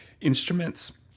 instruments